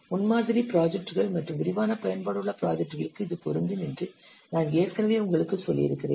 முன்மாதிரி ப்ராஜெக்ட்கள் மற்றும் விரிவான பயன்பாடு உள்ள ப்ராஜெக்ட்களுக்கு இது பொருந்தும் என்று நான் ஏற்கனவே உங்களுக்குச் சொல்லியிருக்கிறேன்